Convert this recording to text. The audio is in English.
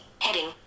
Heading